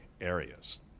areas